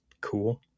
cool